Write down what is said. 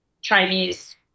Chinese